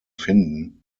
finden